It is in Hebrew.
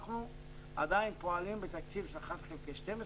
אנחנו עדיין פועלים בתקציב של 1 חלקי 12,